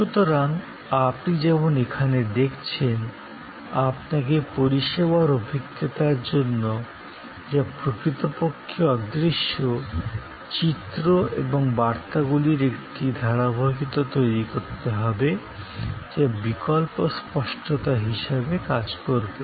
তরাং আপনি যেমন এখানে দেখছেন আপনাকে পরিষেবার অভিজ্ঞতার জন্য যা প্রকৃতপক্ষে অদৃশ্য চিত্র এবং বার্তাগুলির একটি ধারাবাহিকতা তৈরি করতে হবে যা বিকল্প স্পষ্টতা হিসাবে কাজ করবে